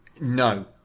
No